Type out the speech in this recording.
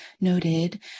noted